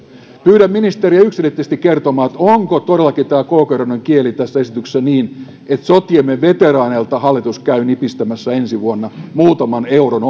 pyydän ministeriä yksiselitteisesti kertomaan onko todellakin koukeroinen kieli tässä esityksessä niin että sotiemme veteraaneilta hallitus käy nipistämässä ensi vuonna muutaman euron